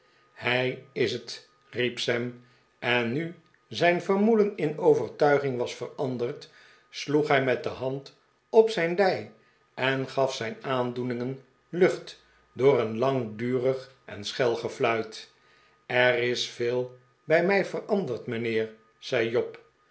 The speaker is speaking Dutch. hij is het riep sam en nu zijn vermoeden in overtuiging was veranderd sloeg hij met de hand op zijn dij en gaf zijn aandoeningen lucht door een langdurig en schel gefluit er is veel bij mij veranderd mijnheer zei job